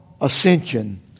Ascension